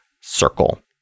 circle